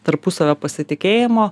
tarpusavio pasitikėjimo